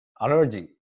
allergy